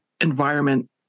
environment